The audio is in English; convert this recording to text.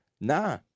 nah